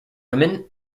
women